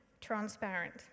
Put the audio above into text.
transparent